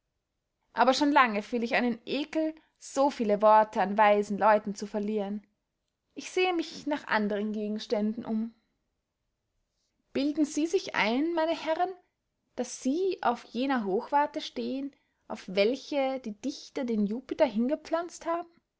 aber schon lange fühl ich einen ekel so viele worte an weisen leuten zu verlieren ich sehe mich nach andern gegenständen um bilden sie sich ein meine herren daß sie auf jener hochwarte stehen auf welche die dichter den jupiter hingepflanzt haben